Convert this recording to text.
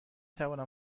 توانم